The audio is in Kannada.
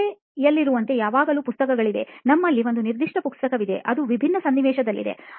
ಶಾಲೆಯಲ್ಲಿರುವಂತೆ ಯಾವಾಗಲೂ ಪುಸ್ತಕಗಳಿವೆ ನಿಮ್ಮಲ್ಲಿ ಒಂದು ನಿರ್ದಿಷ್ಟ ಪುಸ್ತಕವಿದೆ ಅದು ವಿಭಿನ್ನ ಸನ್ನಿವೇಶದಲ್ಲಿದೆ